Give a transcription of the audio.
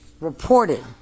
Reported